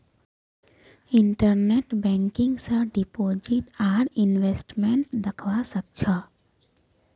internet banking स deposit आर investment दख्वा स ख छ